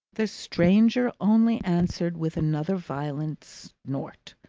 the stranger only answered with another violent snort,